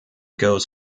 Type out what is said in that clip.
goes